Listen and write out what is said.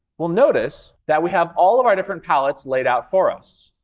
we'll notice that we have all of our different palettes laid out for us.